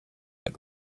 like